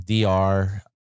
DR